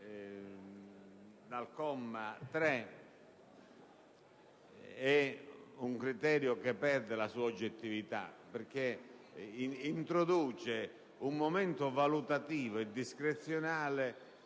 il secondo criterio perde la sua oggettività, perché introduce un momento valutativo e discrezionale